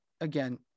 again